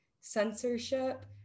censorship